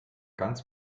ganz